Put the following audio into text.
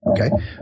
Okay